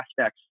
aspects